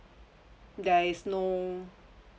there is no